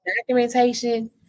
documentation